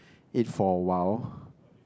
it for a while